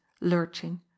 lurching